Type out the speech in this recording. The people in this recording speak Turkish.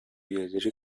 üyeleri